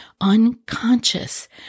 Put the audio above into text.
unconscious